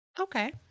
Okay